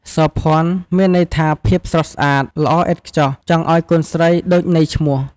សោភ័ណ្ឌ មានន័យថាភាពស្រស់ស្អាត ល្អឥតខ្ចោះ ចង់ឲ្យកូនស្រីដូចន័យឈ្មោះ។